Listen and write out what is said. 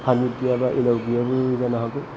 permit गैया बा allowed होआबो जानो हागौ